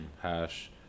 hash